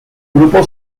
grupo